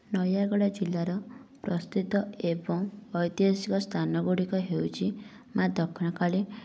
ନୟାଗଡ଼ ଜିଲ୍ଲାର ପ୍ରସିଦ୍ଧ ଏବଂ ଐତିହାସିକ ସ୍ଥାନ ଗୁଡ଼ିକ ହେଉଛି ମା' ଦକ୍ଷିଣକାଳୀ